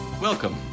Welcome